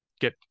get